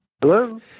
Hello